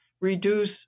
reduce